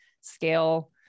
scale